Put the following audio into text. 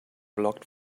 blocked